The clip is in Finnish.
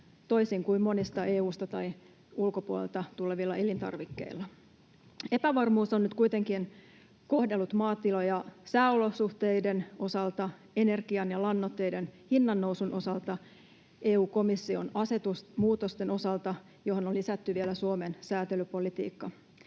toisin kuin monet EU:sta tai ulkopuolelta tulevat elintarvikkeet. Epävarmuus on nyt kuitenkin kohdannut maatiloja sääolosuhteiden osalta, energian ja lannoitteiden hinnannousun osalta, EU-komission asetusmuutosten osalta, johon on lisätty vielä Suomen säätelypolitiikka.